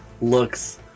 looks